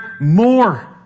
more